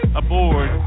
aboard